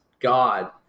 god